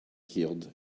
heeled